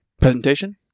Presentation